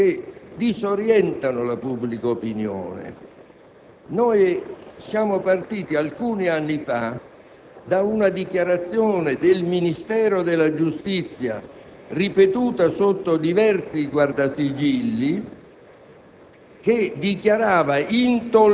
una serie di apprezzamenti che disorientano la pubblica opinione. Noi siamo partiti, alcuni anni fa, da una dichiarazione del Ministero della giustizia, ripetuta sotto diversi Guardasigilli,